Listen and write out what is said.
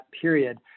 period